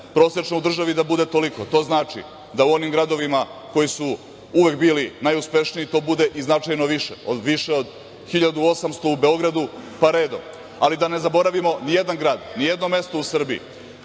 prosečna u državi da bude toliko. To znači da u onim gradovima koji su uvek bili najuspešniji to bude i značajno više, više od 1800 u Beogradu, pa redom, ali da ne zaborimo nijedan grad, nijedno mesto u Srbiji.